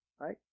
Right